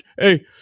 hey